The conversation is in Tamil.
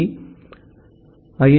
இ ஐ